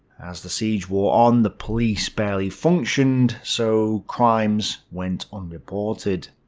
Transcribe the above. as the siege wore on, the police barely functioned, so crimes went unreported.